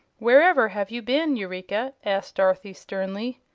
wherever have you been, eureka? asked dorothy, sternly.